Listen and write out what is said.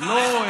לא,